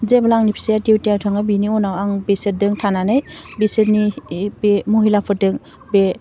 जेब्ला आंनि फिसाइया डिउटियाव थाङो बिनि आं बिसोरजों थानानै बिसोरनि बे महिलाफोरदों बे